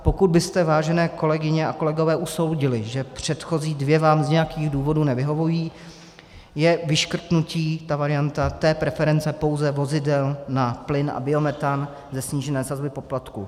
Pokud byste, vážené kolegyně a kolegové, usoudili, že předchozí dvě vám z nějakých důvodů nevyhovují, je vyškrtnutí, ta varianta té preference pouze vozidel na plyn a biometan, ze snížené sazby poplatku.